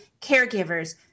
caregivers